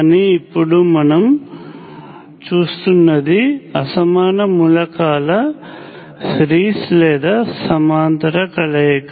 కానీ ఇప్పుడు మనం చూస్తున్నది అసమాన మూలకాల సీరీస్ లేదా సమాంతర కలయిక